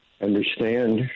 understand